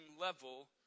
level